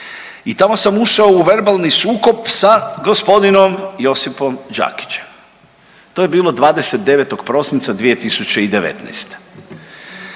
i tamo sam ušao u verbalni sukob sa g. Josipom Đakićem, to je bilo 29. prosinca 2019.